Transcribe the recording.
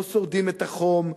לא שורדים את החום,